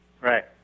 Right